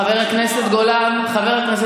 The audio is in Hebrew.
חבר הכנסת גולן,